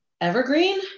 Evergreen